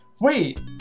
wait